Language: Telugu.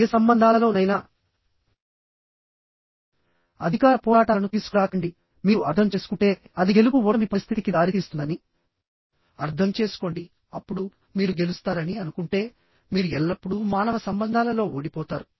ఏ సంబంధాలలోనైనా అధికార పోరాటాలను తీసుకురాకండి మీరు అర్థం చేసుకుంటే అది గెలుపు ఓటమి పరిస్థితికి దారితీస్తుందని అర్థం చేసుకోండి అప్పుడు మీరు గెలుస్తారని అనుకుంటే మీరు ఎల్లప్పుడూ మానవ సంబంధాలలో ఓడిపోతారు